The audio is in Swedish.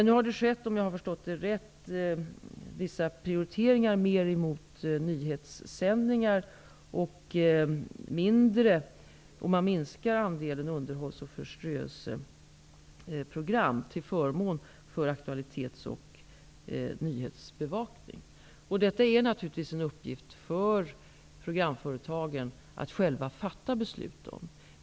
Nu har det, om jag har förstått det rätt, skett vissa prioriteringar mot nyhetssändningar. Man minskar antalet underhålls och förströelseprogram till förmån för aktualitets och nyhetsbevakning. Det är naturligtvis en uppgift för programföretagen att själva fatta beslut om detta.